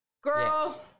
Girl